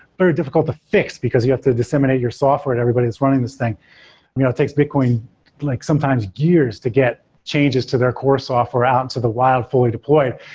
very difficult to fix, because you have to disseminate your software to everybody that's running this thing you know it takes bitcoin like sometimes gears to get changes to their core software out to the wild fully deployed,